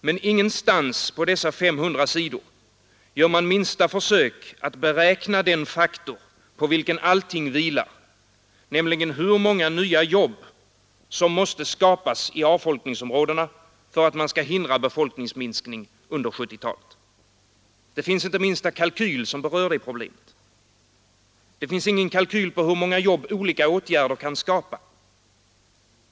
Men ingenstans på dessa 500 sidor gör man minsta försök att beräkna den faktor på vilken allting vilar, nämligen hur många nya jobb som måste skapas i avfolkningsområdena för att man skall hindra befolkningsminskning under 1970-talet. Det finns inte minsta kalkyl som berör det problemet. Det finns ingen kalkyl på hur många jobb olika åtgärder kan skapa.